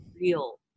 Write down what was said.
real